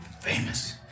Famous